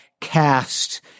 cast